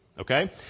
Okay